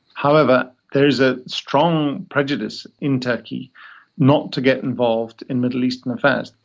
however, there is a strong prejudice in turkey not to get involved in middle eastern affairs.